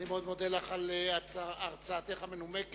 אני מאוד מודה לך על הרצאתך המנומקת.